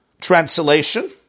Translation